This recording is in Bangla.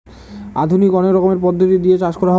আধুনিক অনেক রকমের পদ্ধতি দিয়ে চাষ করা হয়